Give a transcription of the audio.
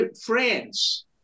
France